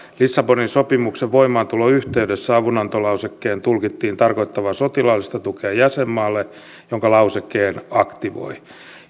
lissabonin sopimuksen voimaantulon yhteydessä avunantolausekkeen tulkittiin tarkoittavan sotilaallista tukea jäsenmaalle joka lausekkeen aktivoi